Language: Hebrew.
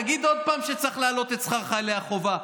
תגיד עוד פעם שצריך להעלות את שכר חיילי החובה.